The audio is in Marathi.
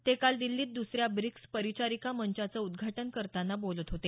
ते काल दिल्लीत दुसऱ्या ब्रिक्स परिचारिका मंचाचं उद्घाटन करताना बोलत होते